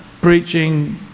preaching